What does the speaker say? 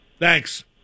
Thanks